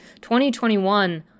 2021